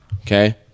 okay